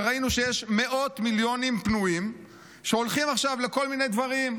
וראינו שיש מאות מיליונים פנויים שהולכים עכשיו לכל מיני דברים,